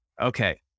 Okay